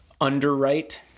underwrite